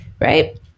Right